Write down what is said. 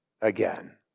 again